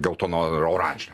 geltoną ar oranžinę